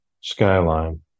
skyline